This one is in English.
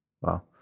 Wow